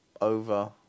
over